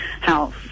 house